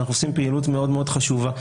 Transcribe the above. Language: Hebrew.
אנחנו עושים פעילות מאוד מאוד חשובה.